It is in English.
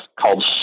called